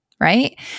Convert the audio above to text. right